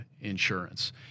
insurance